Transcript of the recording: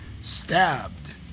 stabbed